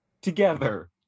together